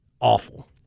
awful